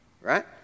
Right